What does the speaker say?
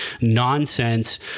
nonsense